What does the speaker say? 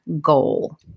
goal